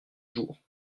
jours